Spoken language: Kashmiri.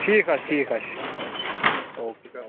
ٹھیٖک حظ چھُ ٹھیٖک حظ چھُ او کے